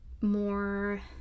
more